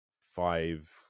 five